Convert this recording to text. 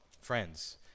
friends